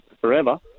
forever